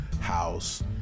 House